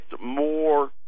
more